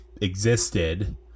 existed